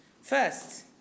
First